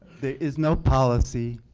there is no policy